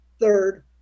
third